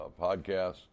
podcasts